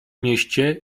mieście